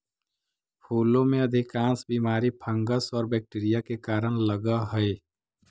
फूलों में अधिकांश बीमारी फंगस और बैक्टीरिया के कारण लगअ हई